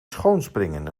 schoonspringen